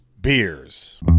beers